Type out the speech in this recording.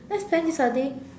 let's plan this Saturday